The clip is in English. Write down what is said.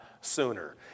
sooner